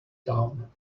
down